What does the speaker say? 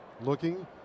looking